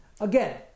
Again